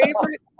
favorite